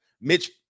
Mitch